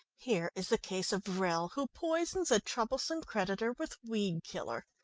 here is the case of rell, who poisons a troublesome creditor with weed-killer.